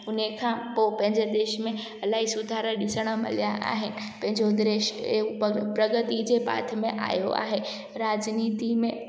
हुन खां पोइ पंहिंजे देश में इलाही सुधारा ॾिसण मिलिया आहिनि पंहिंजो देश पग प्रगति जे पथ में आयो आहे राजनीति में